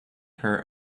her